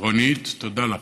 רונית, תודה לך,